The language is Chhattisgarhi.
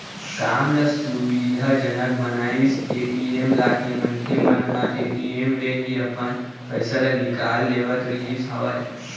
काम ल सुबिधा जनक बनाइस ए.टी.एम लाके मनखे मन ह ए.टी.एम ले ही अपन पइसा ल निकाल लेवत रिहिस हवय